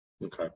Okay